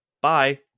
Bye